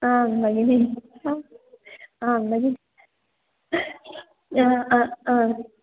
आम् भगिनि आम् भ आम्